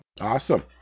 Awesome